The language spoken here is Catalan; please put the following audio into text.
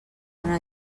anar